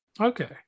Okay